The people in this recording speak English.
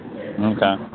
Okay